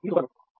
ఇది super node